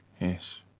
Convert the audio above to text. Yes